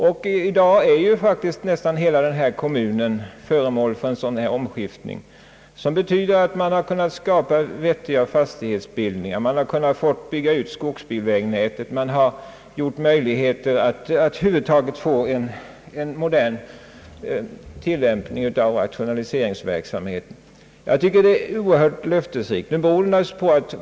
I dag är faktiskt nästan hela den kommunen föremål för en omskiftning, vilket betyder att det skapas vettigare fastighetsbildningar. Man har kunnat bygga ut skogsbilvägnätet, och möjligheter har skapats för en modern tillämpning av rationaliseringsverksamheten. Jag tycker att detta är oerhört löftesrikt.